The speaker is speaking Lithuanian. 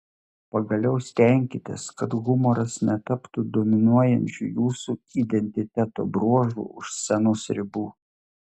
pagaliau stenkitės kad humoras netaptų dominuojančių jūsų identiteto bruožu už scenos ribų